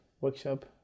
workshop